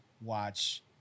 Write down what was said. watch